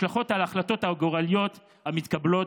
יש השלכות על ההחלטות הגורליות המתקבלות